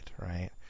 right